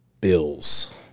Bills